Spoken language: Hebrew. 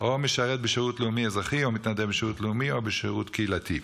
או משרת בשירות לאומי אזרחי או מתנדב בשירות לאומי או בשירות קהילתי.